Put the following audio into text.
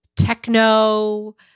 techno